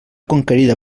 conquerida